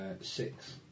six